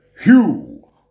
Hugh